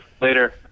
Later